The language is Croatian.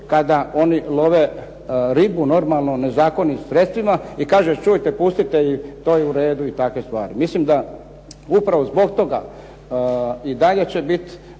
kada oni love ribu, normalno, nezakonitim sredstvima i kaže čujte, pustite ih, to je u redu i takve stvari. Mislim da upravo zbog toga i dalje će bit,